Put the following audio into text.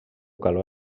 calor